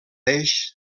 desh